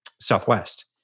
Southwest